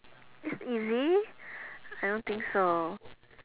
it's easy I don't think so